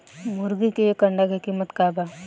मुर्गी के एक अंडा के कीमत का बा?